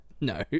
No